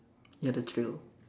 ya the thrill